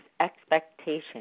expectation